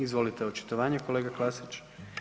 Izvolite očitovanje, kolega Klasić.